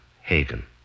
Hagen